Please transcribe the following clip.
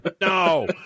No